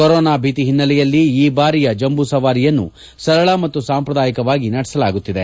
corona ಭೀತಿ ಹಿನ್ನೆಲೆಯಲ್ಲಿ ಈ ಬಾರಿಯ ದಸರಾವನ್ನು ಸರಳ ಮತ್ತು ಸಾಂಪ್ರದಾಯಿಕವಾಗಿ ನಡೆಸಲಾಗುತ್ತಿದೆ